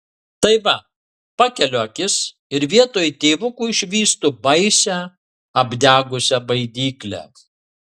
tai va pakeliu akis ir vietoj tėvuko išvystu baisią apdegusią baidyklę